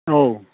औ